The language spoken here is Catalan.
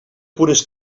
cures